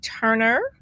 Turner